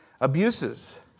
abuses